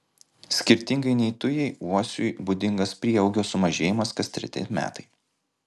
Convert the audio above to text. skirtingai nei tujai uosiui būdingas prieaugio sumažėjimas kas treti metai